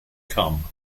come